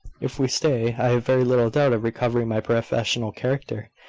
if we stay, i have very little doubt of recovering my professional character,